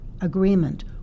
agreement